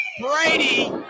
Brady